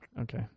Okay